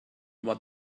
what